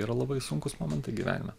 yra labai sunkūs momentai gyvenime